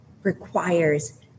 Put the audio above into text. requires